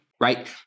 Right